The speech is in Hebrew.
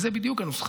וזו בדיוק הנוסחה.